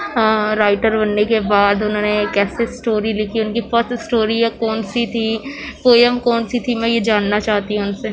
writer بننے کے بعد انہوں نے کیسے اسٹوری لکھی ان کی فسٹ اسٹوری یا کون سی تھی پویم کونسی تھی میں یہ جاننا چاہتی ہوں ان سے